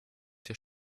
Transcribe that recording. der